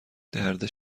درد